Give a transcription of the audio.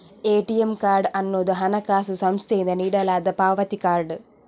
ATM card ಅನ್ನುದು ಹಣಕಾಸು ಸಂಸ್ಥೆಯಿಂದ ನೀಡಲಾದ ಪಾವತಿ ಕಾರ್ಡ್